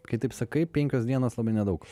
kai taip sakai penkios dienos labai nedaug